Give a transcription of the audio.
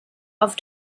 auf